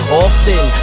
often